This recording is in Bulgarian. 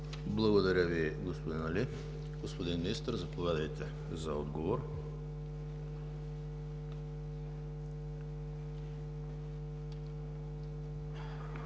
Благодаря Ви, господин Али. Господин Министър, заповядайте за отговор.